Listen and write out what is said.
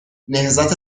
نهضت